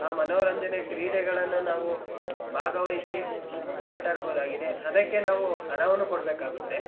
ಆ ಮನೋರಂಜನೆ ಕ್ರೀಡೆಗಳನ್ನು ನಾವು ಭಾಗವಹಿಸಿ ಆಟಾಡ್ಬೋದಾಗಿದೆ ಅದಕ್ಕೆ ನಾವು ಹಣವನ್ನು ಕೊಡಬೇಕಾಗುತ್ತೆ